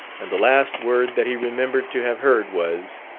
and the last word that he remembered to have heard was,